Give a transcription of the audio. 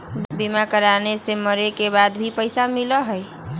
बीमा कराने से मरे के बाद भी पईसा मिलहई?